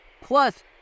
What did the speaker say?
plus